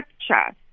structure